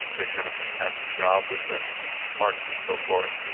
they've done a fantastic job with the parks and so forth.